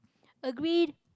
agreed